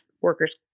workers